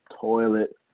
toilet